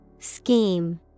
Scheme